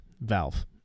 valve